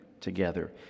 together